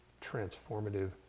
transformative